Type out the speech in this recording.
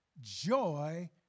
joy